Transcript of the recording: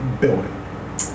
Building